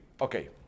Okay